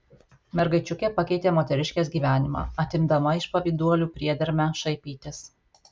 mergaičiukė pakeitė moteriškės gyvenimą atimdama iš pavyduolių priedermę šaipytis